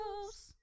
close